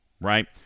Right